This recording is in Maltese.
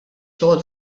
xogħol